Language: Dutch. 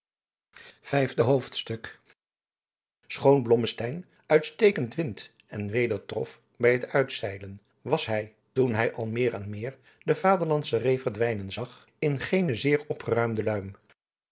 vijfde hoofdstuk schoon blommesteyn uitstekend wind en weder trof bij het uitzeilen was hij toen hij al meer en meer de vaderlandsche reê verdwijnen zag in geene zeer opgeruimde luim